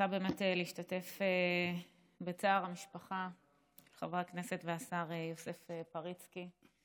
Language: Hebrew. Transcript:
אני באמת רוצה להשתתף בצער המשפחה של חבר הכנסת והשר יוסף פריצקי,